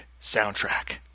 soundtrack